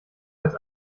als